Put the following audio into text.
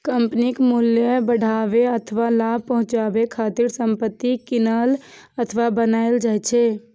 कंपनीक मूल्य बढ़ाबै अथवा लाभ पहुंचाबै खातिर संपत्ति कीनल अथवा बनाएल जाइ छै